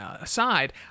aside